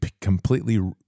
completely